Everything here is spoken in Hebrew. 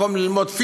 מקום ללמוד,